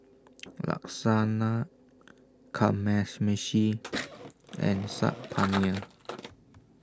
Lasagna Kamameshi and Saag Paneer